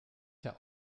der